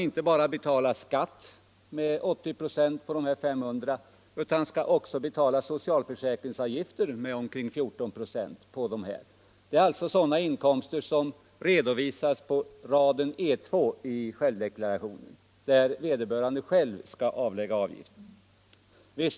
— inte bara betala skatt med 80 96 på det belopp han förtjänar utan också socialförsäkringsavgifter med omkring 14 96 på beloppet. Jag talar alltså om sådana inkomster som redovisas på raden E2 i självdeklarationsblanketten och som avser sådana inkomster för vilka vederbörande själv skall erlägga socialförsäkringsavgifter.